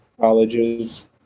colleges